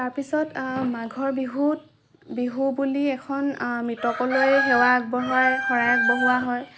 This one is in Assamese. তাৰ পিছত মাঘৰ বিহুত বিহু বুলি এখন মৃতকলৈ সেৱা আগবঢ়াই শৰাই আগবঢ়োৱা হয়